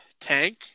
tank